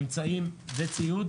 אמצעים וציוד,